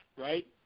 right